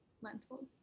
lentils